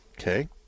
Okay